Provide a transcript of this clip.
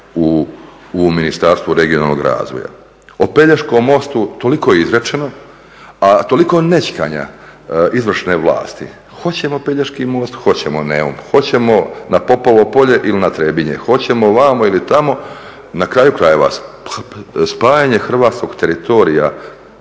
u Ministarstvu regionalnog razvoja. O Pelješkom mostu toliko je izrečeno, a toliko je nećkanja izvršne vlasti. Hoćemo Pelješki most, hoćemo …, hoćemo na Popovo polje ili na Trebinje, hoćemo ovamo ili tamo, na kraju krajeva, spajanje hrvatskog teritorija